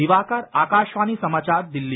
दिवाकर आकाशवाणी समाचार दिल्ली